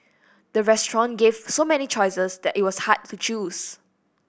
the restaurant gave so many choices that it was hard to choose